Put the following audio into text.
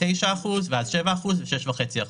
9 אחוזים ואז 7 אחוזים ו-6.5 אחוזים.